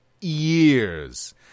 years